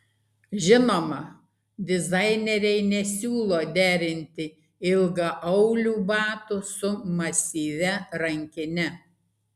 žinoma dizaineriai nesiūlo derinti ilgaaulių batų su masyvia rankine